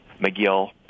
McGill